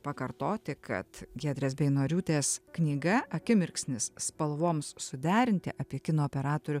pakartoti kad giedrės beinoriūtės knyga akimirksnis spalvoms suderinti apie kino operatorių